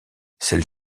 celle